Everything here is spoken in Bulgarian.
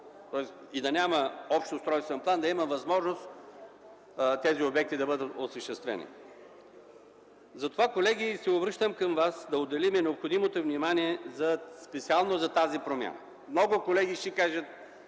и да няма общоустройствен план, да има възможност тези обекти да бъдат осъществени. Затова, колеги, се обръщам към Вас да отделим необходимото внимание специално за тази промяна. Много колеги ще кажат: